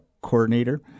coordinator